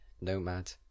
nomad